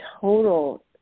total